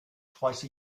twice